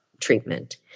treatment